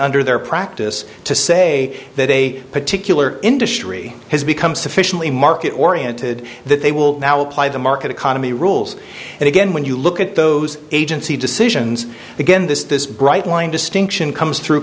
under their practice to say that a particular industry has become sufficiently market oriented that they will now apply the market economy rules and again when you look at those agency decisions again this this bright line distinction comes through